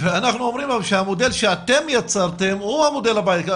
ואומרים לכם שהמודל שאתם יצרתם הוא בעייתי.